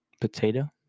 Potato